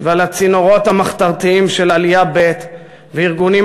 ולצינורות המחתרתיים של עלייה ב' וארגונים